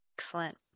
Excellent